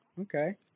Okay